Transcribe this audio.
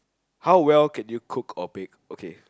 how well can you cook or bake okay